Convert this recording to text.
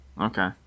Okay